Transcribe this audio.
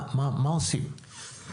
מה עושים?